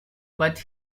but